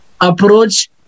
approach